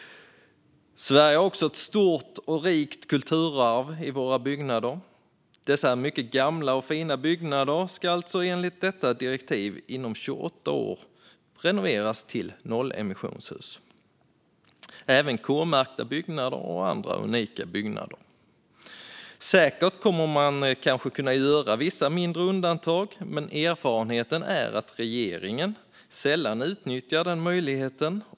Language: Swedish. Sverige har ett stort och rikt kulturarv i våra byggnader. Dessa mycket gamla och fina byggnader ska alltså enligt direktivet renoveras till nollemissionshus inom 28 år, även K-märkta och andra unika byggnader. Man kommer kanske att kunna göra vissa mindre undantag, men erfarenheten är att regeringen sällan utnyttjar den möjligheten.